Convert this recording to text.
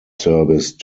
service